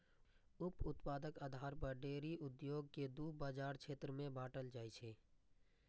उप उत्पादक आधार पर डेयरी उद्योग कें दू बाजार क्षेत्र मे बांटल जाइ छै